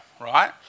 right